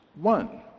one